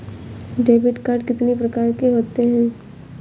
Debit card कितनी प्रकार के होते हैं?